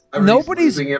Nobody's